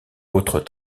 autres